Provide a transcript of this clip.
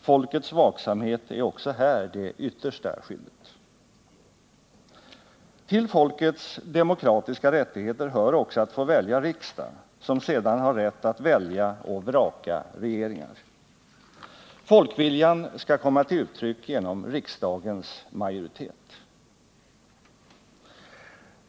Folkets vaksamhet är också här det yttersta skyddet. Till folkets demokratiska rättigheter hör också att få välja riksdag, som sedan har rätt att välja och vraka regeringar. Folkviljan skall komma till uttryck genom riksdagens majoritet.